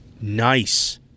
Nice